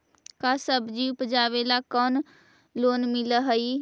का सब्जी उपजाबेला लोन मिलै हई?